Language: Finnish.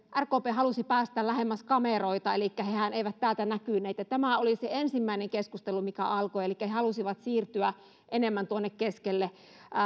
rkp halusi päästä lähemmäs kameroita elikkä hehän eivät täältä näkyneet ja tämä oli se ensimmäinen keskustelu mikä alkoi elikkä he he halusivat siirtyä enemmän tuonne keskelle